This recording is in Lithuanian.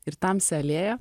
ir tamsią alėją